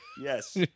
Yes